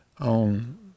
on